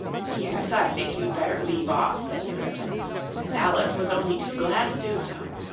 yes, i think you'd better leave off said the gryphon and alice was only too glad to do so.